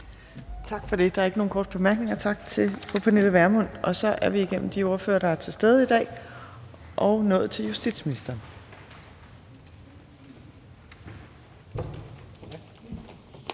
Tak for det. Der er ikke nogen korte bemærkninger. Tak til fru Pernille Vermund. Så er vi igennem de ordførere, der er til stede i dag, og er nået til justitsministeren.